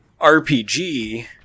RPG